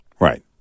Right